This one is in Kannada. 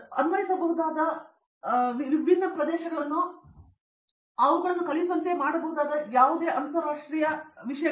ಅನ್ವಯಿಸಬಹುದಾದ ವಿಭಿನ್ನ ಪ್ರದೇಶಗಳಲ್ಲಿ ಅವುಗಳನ್ನು ಕಲಿಸುವಂತೆಯೇ ಮಾಡಬಹುದಾದ ಕೆಲವು ಅಂತರಶಾಸ್ತ್ರೀಯ ವಿಷಯಗಳು